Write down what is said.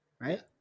right